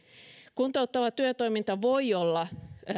kuntouttava työtoiminta voi olla